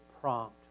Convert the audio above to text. prompt